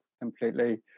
completely